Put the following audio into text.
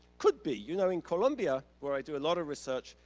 could be. you know in colombia where i do a lot of research,